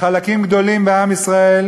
חלקים גדולים בעם ישראל,